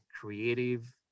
creative